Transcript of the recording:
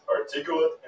articulate